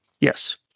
Yes